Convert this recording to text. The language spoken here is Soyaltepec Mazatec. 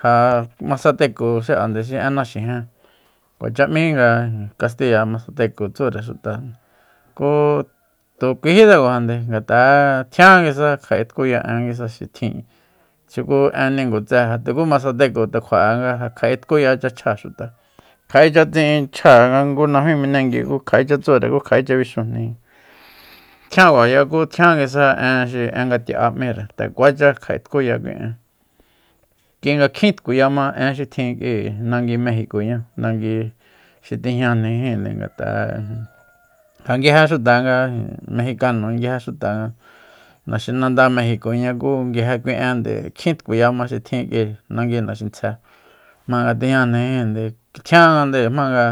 ja masateco xi'ande xi en naxijen kuacha m'í nga kastiya masateco tsúre xuta ku tu kuijítsekuajande ngat'a tjián nguisa kja'e tkuya en nguisa xi tjin xuku en ningutse tuku masateco tu kjua'e kja'e tkuyachachja xuta kja'echa tsi'in chja nga ngu najmí menengui kja'echa tsure ku kja'echa bixujnijin tjian kuaya ku tjian nguisa enxi en ngati'á m'íre nde kuacha kja'é tkuya kui en kui nga kjin tkuyama en xi tjin k'ui nangui mejicoñá nangui xi tijñajnijin ngat'a'e ja nguije xuta nga mejikano nguije xuta naxinanda mejicoña ku nguije kui ende kjin tkuyama xi tjin k'ui nangui naxintsje jmanga tijñajnijinde tjiángande jmanga